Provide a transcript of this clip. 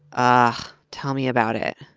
ah tell me about it.